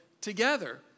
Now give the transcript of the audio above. together